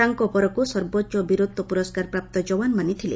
ତାଙ୍କ ପରକୁ ସର୍ବୋଚ୍ଚ ବୀରତ୍ୱ ପୁରସ୍କାର ପ୍ରାପ୍ତ ଯବାନମାନେ ଥିଲେ